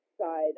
side